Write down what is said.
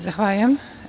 Zahvaljujem.